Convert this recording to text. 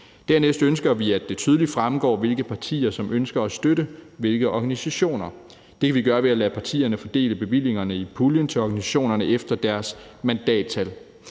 Dernæst ønsker vi, at det tydeligt fremgår, hvilke partier der ønsker at støtte hvilke organisationer. Det kan vi gøre ved at lade partierne fordele bevillingerne i puljen til organisationerne efter deres mandattal.